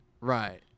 Right